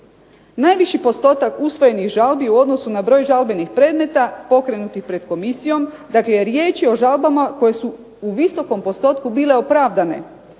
Najviši postotak usvojenih žalbi u odnosu na broj žalbenih predmeta pokrenutih pred komisijom, dakle riječ je o žalbama koje su u visokom postotku bile opravdane.